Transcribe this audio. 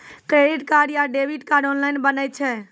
Credit card या debit card online बनै छै?